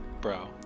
Bro